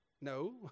No